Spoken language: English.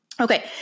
Okay